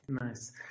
Nice